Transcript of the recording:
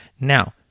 Now